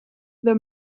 the